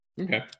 Okay